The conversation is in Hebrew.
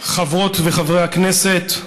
חברות וחברי הכנסת,